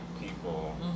people